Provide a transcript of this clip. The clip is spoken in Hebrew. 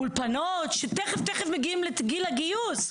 אולפנות, שתיכף תיכף מגיעים לגיל הגיוס,